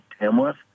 Tamworth